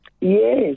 Yes